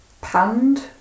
panned